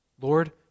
Lord